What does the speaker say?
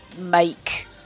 make